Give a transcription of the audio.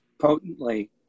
potently